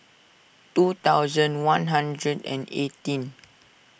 two thousand one hundred and eighteen